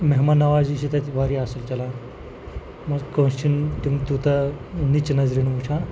مہمان نَوازی چھِ تَتہِ واریاہ اَصٕل چَلان مانٛ ژٕ کٲنٛسہِ چھِنہٕ تِم تیوٗتاہ نِچ نظرِ نہٕ وُچھان